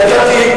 אני נתתי,